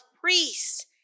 priests